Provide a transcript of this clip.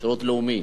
שירות לאומי